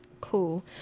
Cool